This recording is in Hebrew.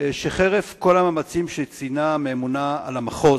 שחרף כל המאמצים שציינה הממונה על המחוז,